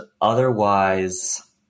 otherwise